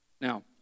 Now